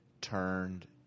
turned